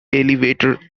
elevator